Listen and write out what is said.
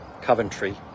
Coventry